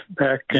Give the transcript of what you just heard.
back